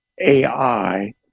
ai